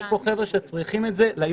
יש פה כאלה שצריכים את זה יום-יום.